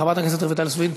חברת הכנסת רויטל סויד?